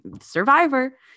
Survivor